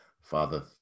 Father